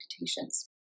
meditations